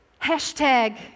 Hashtag